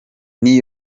new